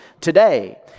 today